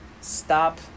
stop